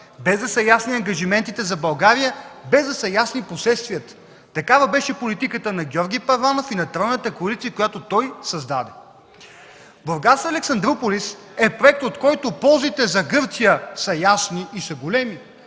без да са ясни ангажиментите за България, без да са ясни последствията. Такава беше политиката на Георги Първанов и на тройната коалиция, която той създаде. „Бургас – Александруполис” е проект, от който ползите за Гърция са ясни и са големи,